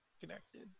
connected